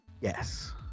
Yes